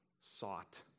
sought